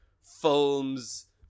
films